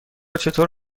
چطور